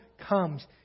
comes